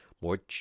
More